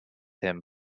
him